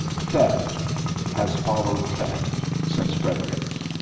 theft has followed theft since frederick's.